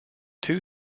two